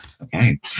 Okay